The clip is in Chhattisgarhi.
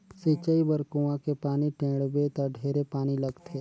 सिंचई बर कुआँ के पानी टेंड़बे त ढेरे पानी लगथे